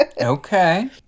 okay